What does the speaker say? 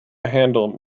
handle